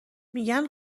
میگن